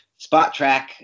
SpotTrack